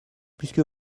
puisque